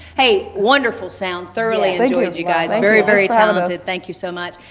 hey, wonderful sound, thoroughly enjoyed you guys. and very, very talented, thank you so much.